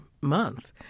month